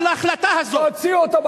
אתה לא,